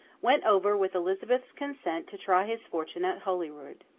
went over with elizabeth's consent to try his fortune at holyrood.